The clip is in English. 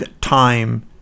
time